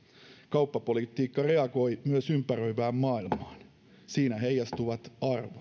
kauppapolitiikka reagoi myös ympäröivään maailmaan siinä heijastuvat arvot